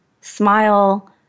smile